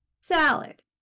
salad